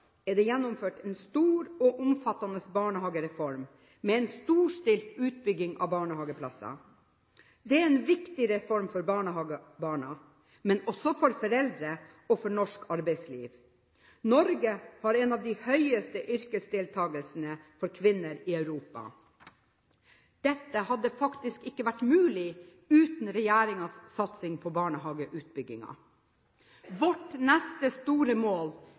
er det gjennomført en stor og omfattende barnehagereform, med en storstilt utbygging av barnehageplasser. Det er en viktig reform for barnehagebarna, men også for foreldre og for norsk arbeidsliv. Norge har en av de høyeste yrkesdeltakelsene for kvinner i Europa. Dette hadde faktisk ikke vært mulig uten regjeringens satsing på barnehageutbygging. Vårt neste store mål